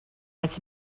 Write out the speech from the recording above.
its